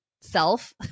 self